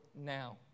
now